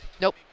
nope